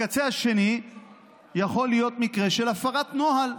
בקצה השני יכול להיות מקרה של הפרת נוהל.